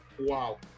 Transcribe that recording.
Wow